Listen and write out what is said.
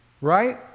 Right